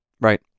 right